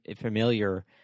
familiar